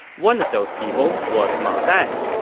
one of those people was ma dai.